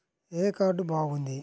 ఏ card బాగుంది?